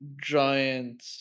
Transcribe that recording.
giant